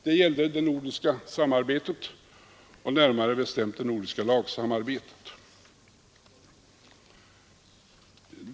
Den gällde det nordiska samarbetet, närmare bestämt det nordiska lagsamarbetet.